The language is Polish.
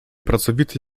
pracowity